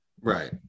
right